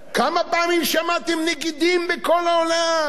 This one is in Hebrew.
כמה פעמים שמעתם "נגידים מכל העולם"?